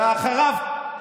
ואחריו,